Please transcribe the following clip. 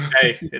Hey